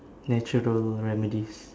natural remedies